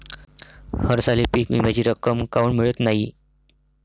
हरसाली पीक विम्याची रक्कम काऊन मियत नाई?